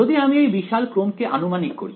যদি আমি এই বিশাল ক্রম কে আনুমানিক করি